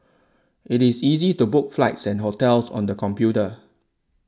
it is easy to book flights and hotels on the computer